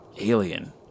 alien